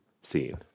seen